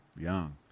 young